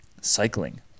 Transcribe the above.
cycling